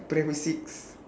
primary six